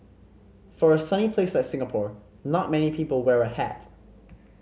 for a sunny place a Singapore not many people wear a hat